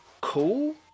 cool